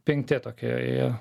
penkti tokie